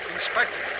Inspector